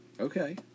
Okay